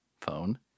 Phone